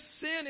sin